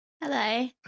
Hello